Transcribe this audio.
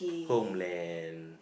homeland